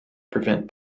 prevent